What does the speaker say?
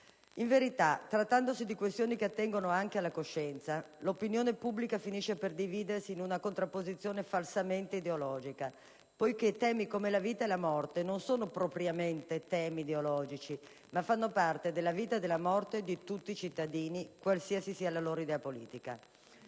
In verità, trattandosi di questioni che attengono anche alla coscienza, l'opinione pubblica finisce per dividersi in una contrapposizione falsamente ideologica, poiché temi come la vita e la morte non sono propriamente temi ideologici, ma fanno parte della vita e della morte di tutti i cittadini, qualsiasi sia la loro idea politica.